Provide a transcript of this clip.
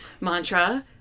mantra